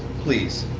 please.